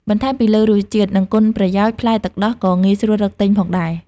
បន្ថែមពីលើរសជាតិ និងគុណប្រយោជន៍ ផ្លែទឹកដោះក៏ងាយស្រួលរកទិញផងដែរ។